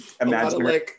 imagine